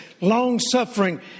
long-suffering